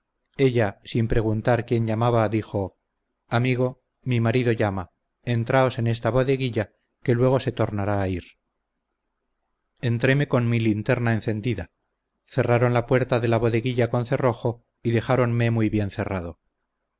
ella sin preguntar quién llamaba dijo amigo mi marido llama entraos en esta bodeguilla que luego se tornará a ir entréme con mi linterna encendida cerraron la puerta de la bodeguilla con cerrojo y dejaronme muy bien cerrado